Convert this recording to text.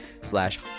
slash